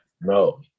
No